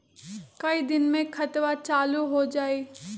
कई दिन मे खतबा चालु हो जाई?